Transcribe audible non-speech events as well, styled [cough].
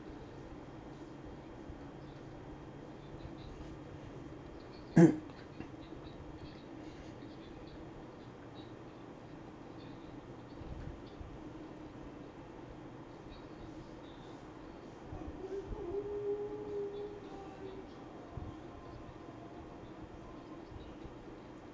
[coughs]